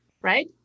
Right